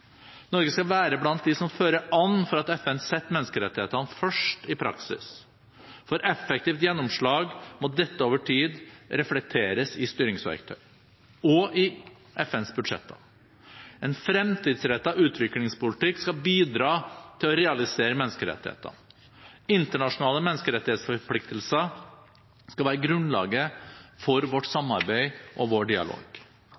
Norge skal være blant dem som fører an for at FN setter menneskerettighetene først i praksis. For effektivt gjennomslag må dette over tid reflekteres i styringsverktøy og i FNs budsjetter. En fremtidsrettet utviklingspolitikk skal bidra til å realisere menneskerettighetene. Internasjonale menneskerettighetsforpliktelser skal være grunnlaget for vårt samarbeid og vår dialog.